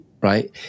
right